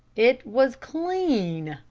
it was clean,